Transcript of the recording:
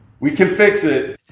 we can fix it,